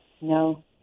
No